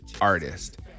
artist